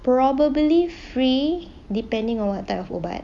probably free depending on what type of ubat